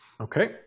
Okay